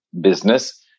business